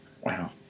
Wow